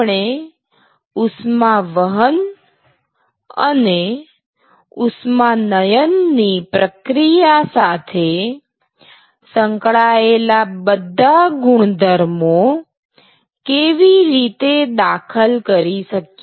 આપણે ઉષ્માવહન અને ઉષ્માનયન ની પ્રક્રિયા સાથે સંકળાયેલા બધા ગુણધર્મો કેવી રીતે દાખલ કરી શકીએ